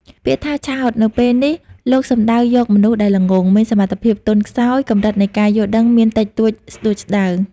ពាក្យថា ឆោត នៅពេលនេះ លោកសំដៅយកមនុស្សដែលល្ងង់ មានសមត្ថភាពទន់ខ្សោយ កម្រិតនៃការយល់ដឹងមានតិចតួចស្ដួចស្ដើង ។